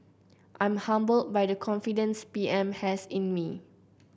I'm humbled by the confidence P M has in me